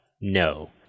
no